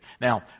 Now